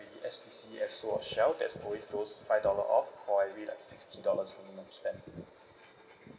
maybe S_P_C ESSO or SHELL there's always those five dollar off for every like sixty dollars minimum spend